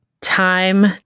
Time